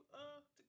uh-